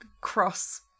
cross